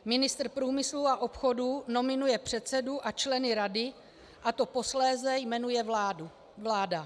Ministr průmyslu a obchodu nominuje předsedu a členy rady, a ty posléze jmenuje vláda.